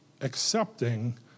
accepting